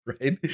Right